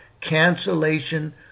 cancellation